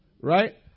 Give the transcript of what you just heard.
Right